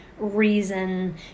reason